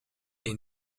est